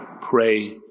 pray